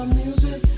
music